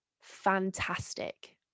fantastic